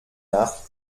nach